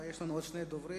יש לנו עוד שני דוברים.